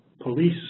police